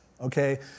okay